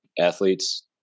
athletes